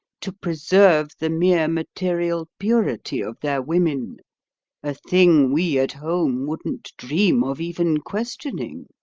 to preserve the mere material purity of their women a thing we at home wouldn't dream of even questioning.